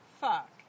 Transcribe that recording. fuck